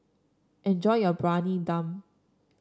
enjoy your Briyani Dum